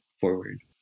forward